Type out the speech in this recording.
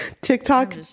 TikTok